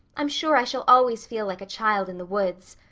i'm sure i shall always feel like a child in the woods.